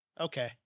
Okay